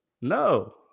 No